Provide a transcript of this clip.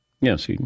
Yes